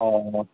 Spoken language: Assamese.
অঁ